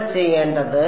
നിങ്ങൾ ചെയ്യേണ്ടത്